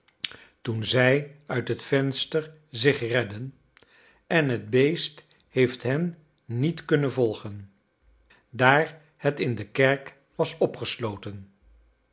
toen zij uit het venster zich redden en het beest heeft hen niet kunnen volgen daar het in de kerk was opgesloten